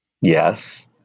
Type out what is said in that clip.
Yes